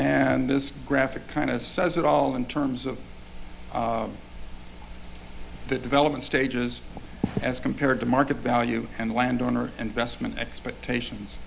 and this graphic kind of says it all in terms of the development stages as compared to market value and land owner investment expectations